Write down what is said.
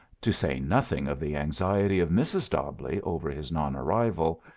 to say nothing of the anxiety of mrs. dobbleigh over his non-arrival,